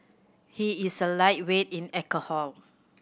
he is a lightweight in alcohol